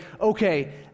okay